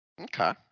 Okay